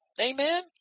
Amen